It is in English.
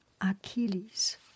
Achilles